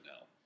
now